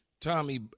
Tommy